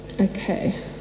Okay